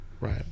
right